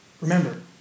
Remember